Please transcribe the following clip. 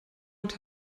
und